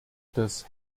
des